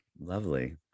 lovely